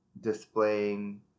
displaying